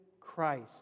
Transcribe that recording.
Christ